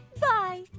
Bye